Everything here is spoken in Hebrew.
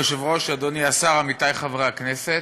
אדוני היושב-ראש, אדוני השר, עמיתי חברי הכנסת,